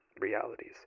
realities